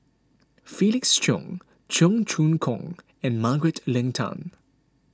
Felix Cheong Cheong Choong Kong and Margaret Leng Tan